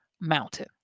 mountain